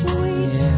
Sweet